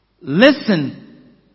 Listen